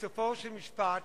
בסופו של משפט,